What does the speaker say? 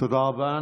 תודה רבה.